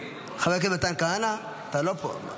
חבר הכנסת מתן כהנא, אתה לא פה.